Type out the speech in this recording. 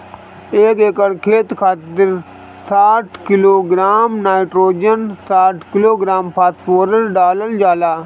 एक एकड़ खेत खातिर साठ किलोग्राम नाइट्रोजन साठ किलोग्राम फास्फोरस डालल जाला?